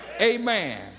Amen